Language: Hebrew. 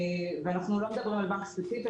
ואנחנו לא מדברים על בנק ספציפי.